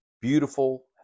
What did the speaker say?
beautiful